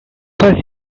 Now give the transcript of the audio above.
for